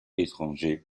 étranger